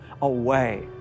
away